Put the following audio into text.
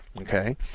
okay